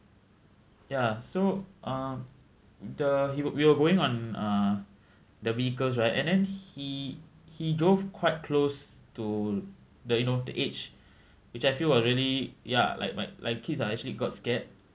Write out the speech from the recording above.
ya so um the he would we were going on uh the vehicles right and then he he drove quite close to the you know the edge which I feel was really ya like my like kids are actually got scared